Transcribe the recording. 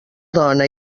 dona